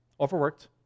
Overworked